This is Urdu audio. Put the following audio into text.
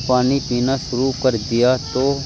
پانی پینا شروع کر دیا تو